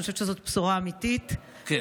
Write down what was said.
אני חושבת שזאת בשורה אמיתית, כן.